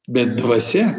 bet dvasia